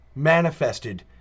Manifested